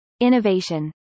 Innovation